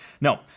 No